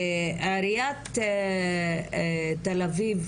עריית תל-אביב,